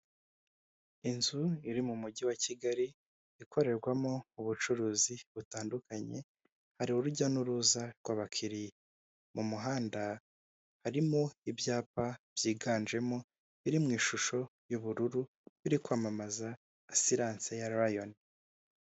Inzu iri mu mujyi wa Kigali ikorerwamo ubucuruzi butandukanye, hari urujya n'uruza rw'abakiriya. Mu muhanda harimo ibyapa byiganjemo biri mu ishusho y'ubururu biri kwamamaza asiranse ya rayoni.